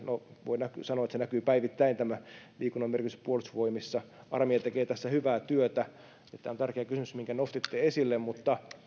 voidaan sanoa että tämä liikunnan merkitys näkyy päivittäin puolustusvoimissa armeija tekee tässä hyvää työtä tämä on tärkeä kysymys minkä nostitte esille mutta